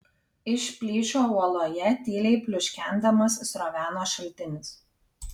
iš plyšio uoloje tyliai pliuškendamas sroveno šaltinis